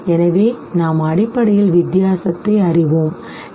எனவே நாம் அடிப்படையில் வித்தியாசத்தை அறிவோம் சரி